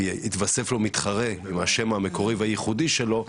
כי התווסף לו מתחרה עם השם המקורי והייחודי שלו,